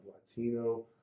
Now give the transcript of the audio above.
latino